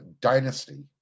dynasty